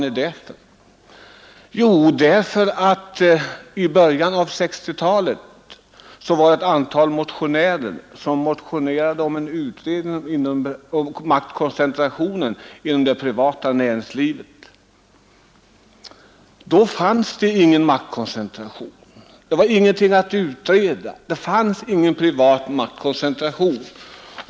I början av 1960-talet föreslog ett antal motionärer en utredning av maktkoncentrationen inom det privata näringslivet. Då fanns ingen privat maktkoncentration, sades det; det fanns ingenting att utreda.